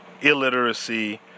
illiteracy